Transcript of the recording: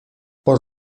por